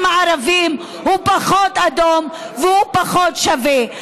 הערבים הוא פחות אדום והוא פחות שווה.